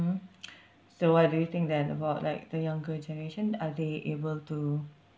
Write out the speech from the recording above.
mmhmm so what do you think then about like the younger generation are they able to